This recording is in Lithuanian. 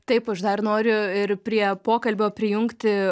taip aš dar noriu ir prie pokalbio prijungti